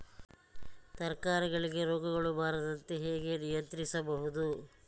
ತರಕಾರಿಗಳಿಗೆ ರೋಗಗಳು ಬರದಂತೆ ಹೇಗೆ ನಿಯಂತ್ರಿಸುವುದು?